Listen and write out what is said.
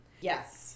Yes